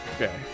Okay